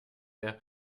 der